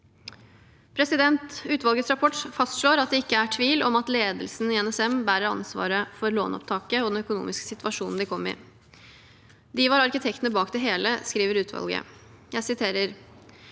Utvalgets rapport fastslår at det ikke er tvil om at ledelsen i NSM bærer ansvaret for låneopptaket og den økonomiske situasjonen de kom i. «De var arkitektene bak det hele», skriver utvalget. Jeg siterer: